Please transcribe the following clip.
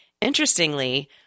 interestingly